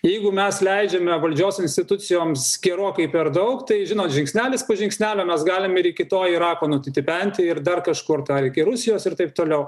jeigu mes leidžiame valdžios institucijoms gerokai per daug tai žino žingsnelis po žingsnelio mes galim ir iki to irako nutitipenti ir dar kažkur dar iki rusijos ir taip toliau